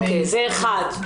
אוקי, זה אחד.